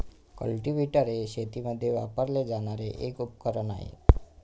cultivator हे शेतीमध्ये वापरले जाणारे एक उपकरण आहे